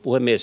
puhemies